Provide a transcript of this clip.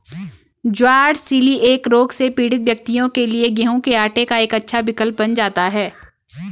ज्वार celiac रोग से पीड़ित व्यक्तियों के लिए गेहूं के आटे का एक अच्छा विकल्प बन जाता है